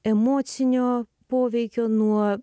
emocinio poveikio nuo